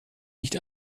nicht